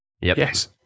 Yes